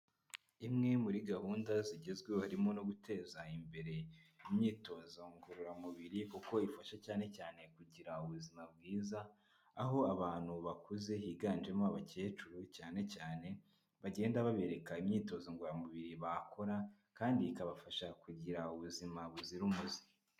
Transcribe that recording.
Imwe muri gahunda zigezweho harimo no guteza imbere imyitozo ngororamubiri kuko ifasha cyane cyane kugira ubuzima bwiza aho abantu bakuze higanjemo abakecuru cyane cyane, bagenda babereka imyitozo ngoramubiri bakora, kandi ikabafasha kugira ubuzima buzira umuze.